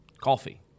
Coffee